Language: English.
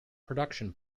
production